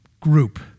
group